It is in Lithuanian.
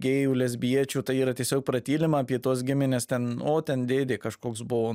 gėjų lesbiečių tai yra tiesiog pratylima apie tuos gimines ten o ten dėdė kažkoks buvo